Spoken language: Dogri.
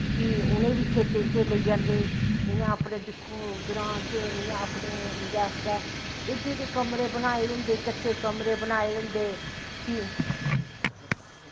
फ्ही उनेंगी बी खेत्तें च लेई जंदे इयां अपनैं दिक्खो ग्रांऽ च इंदै आस्तै एडे एड्डे कमरे बनाए दे होंदे कच्चे कमरे बनाए दे होंदे